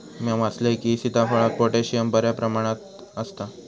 म्या वाचलंय की, सीताफळात पोटॅशियम बऱ्या प्रमाणात आसता